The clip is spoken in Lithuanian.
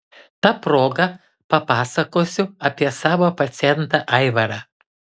ta proga papasakosiu apie savo pacientą aivarą